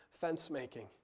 fence-making